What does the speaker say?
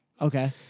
Okay